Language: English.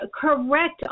correct